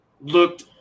looked